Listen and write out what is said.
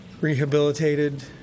rehabilitated